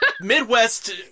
Midwest